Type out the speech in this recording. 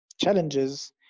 challenges